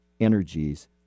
energies